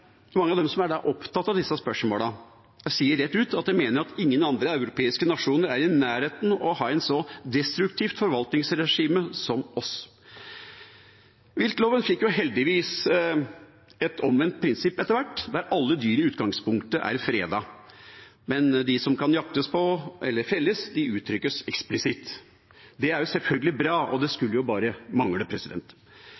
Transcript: opptatt av disse spørsmålene, sier rett ut at de mener ingen andre europeiske nasjoner er i nærheten av å ha et så destruktivt forvaltningsregime som oss. Viltloven fikk heldigvis et omvendt prinsipp etter hvert, der alle dyr i utgangspunktet er fredet, men de som kan jaktes på eller felles, uttrykkes eksplisitt. Det er selvfølgelig bra, og det